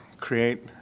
create